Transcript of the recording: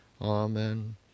Amen